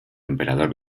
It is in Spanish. emperador